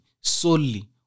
solely